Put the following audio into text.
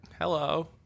Hello